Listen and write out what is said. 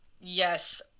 Yes